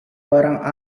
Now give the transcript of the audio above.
barang